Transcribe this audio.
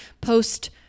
post